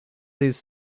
these